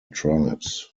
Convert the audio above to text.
tribes